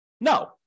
No